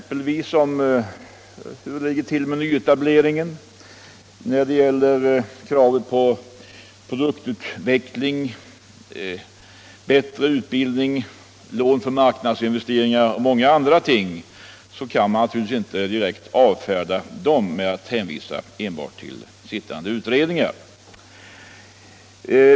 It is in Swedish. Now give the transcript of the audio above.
Kraven när det gäller exempelvis nyetablering, produktutveckling, bättre utbildning, lån för marknadsinvesteringar och mycket annat kan inte avfärdas enbart med hänvisningar till sittande utredningar.